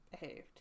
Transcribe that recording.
behaved